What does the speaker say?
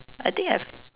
I think I've